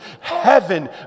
Heaven